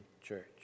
Church